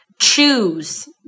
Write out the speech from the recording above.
Choose